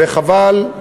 וחבל,